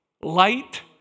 light